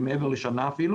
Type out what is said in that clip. מעבר לשנה אפילו